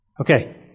Okay